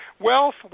Wealth